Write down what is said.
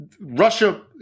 Russia